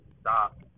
stop